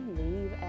leave